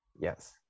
Yes